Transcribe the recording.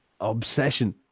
obsession